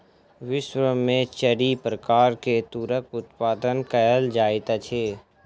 विश्व में चारि प्रकार के तूरक उत्पादन कयल जाइत अछि